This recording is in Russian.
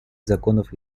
законов